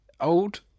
Old